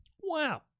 Wow